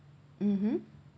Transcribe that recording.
mmhmm